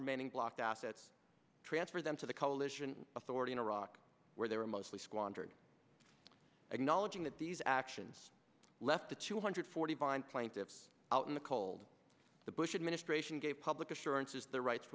remaining blocked assets transferred them to the coalition authority in iraq where they were mostly squandered acknowledging that these actions left a two hundred forty bind plaintiffs out in the cold the bush administration gave public assurances their rights